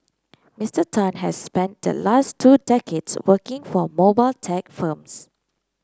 Mister Tan has spent the last two decades working for mobile tech firms